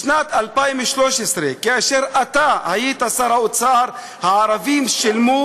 בשנת 2013, כאשר היית שר האוצר, הערבים שילמו